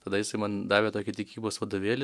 tada jisai man davė tokį tikybos vadovėlį